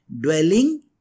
dwelling